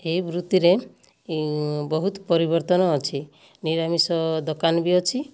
ଏହି ବୃତ୍ତିରେ ବହୁତ୍ ପରିବର୍ତ୍ତନ ଅଛି ନିରାମିଷ ଦୋକାନ ବି ଅଛି